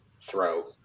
throw